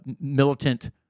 militant